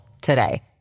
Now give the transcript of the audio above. today